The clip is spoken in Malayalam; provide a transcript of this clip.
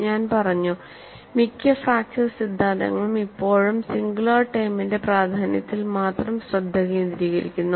ഞാൻ പറഞ്ഞു മിക്ക ഫ്രാക്ച്ചർ സിദ്ധാന്തങ്ങളും ഇപ്പോഴും സിംഗുലാർ ടേമിന്റെ പ്രാധാന്യത്തിൽ മാത്രം ശ്രദ്ധ കേന്ദ്രീകരിക്കുന്നു